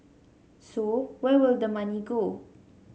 so where will the money go